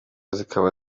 zikaba